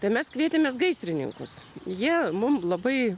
tai mes kvietėmės gaisrininkus jie mum labai